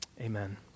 Amen